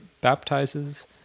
baptizes